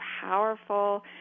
powerful